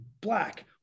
black